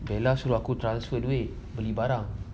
bella suruh aku transfer duit beli barang